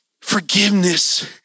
Forgiveness